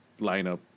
lineup